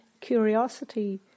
curiosity